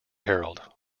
herald